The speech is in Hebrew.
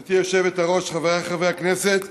גברתי היושבת-ראש, חבריי חברי הכנסת,